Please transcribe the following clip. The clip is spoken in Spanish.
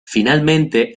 finalmente